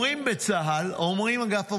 אומרים בצה"ל, אומרים אגף המודיעין: